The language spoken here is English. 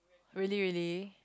really really